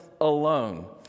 alone